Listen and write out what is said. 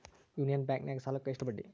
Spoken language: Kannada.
ಯೂನಿಯನ್ ಬ್ಯಾಂಕಿನಾಗ ಸಾಲುಕ್ಕ ಎಷ್ಟು ಬಡ್ಡಿ?